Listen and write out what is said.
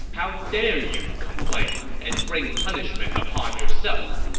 how dare you complain and bring punishment upon yourself!